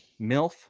Milf